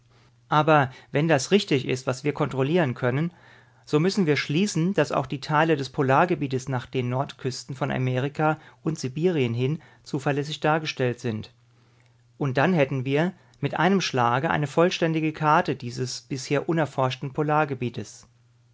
aber wenn das richtig ist was wir kontrollieren können so müssen wir schließen daß auch die teile des polargebietes nach den nordküsten von amerika und sibirien hin zuverlässig dargestellt sind und dann hätten wir mit einem schlage eine vollständige karte dieses bisher unerforschten